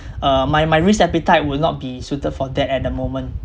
uh my my risk appetite will not be suited for that at the moment